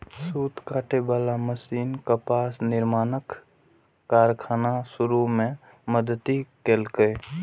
सूत काटे बला मशीन कपास निर्माणक कारखाना शुरू मे मदति केलकै